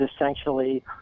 essentially